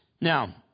Now